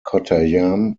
kottayam